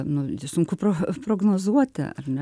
nu sunku pro prognozuoti ar ne